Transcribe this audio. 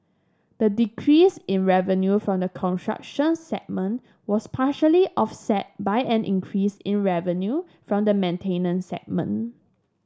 the decrease in revenue from the construction segment was partially offset by an increase in revenue from the maintenance segment